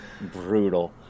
brutal